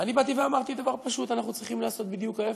ואני באתי ואמרתי דבר פשוט: אנחנו צריכים לעשות בדיוק ההפך,